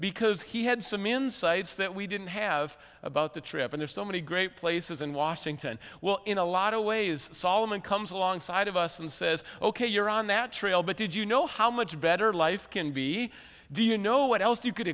because he had some insights that we didn't have about the trip and there's so many great places in washington well in a lot of ways solomon comes along side of us and says ok you're on that trail but did you know how much better life can be do you know what else you could